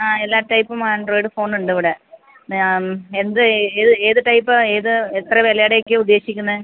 ആ എല്ലാ ടൈപ്പും ആൻഡ്രോയിഡ് ഫോൺ ഉണ്ട് ഇവിടെ മാം എന്ത് ഏത് ഏത് ടൈപ്പ് ഏത് എത്ര വിലയുടെ ഒക്കെയാ ഉദ്ദേശിക്കുന്നത്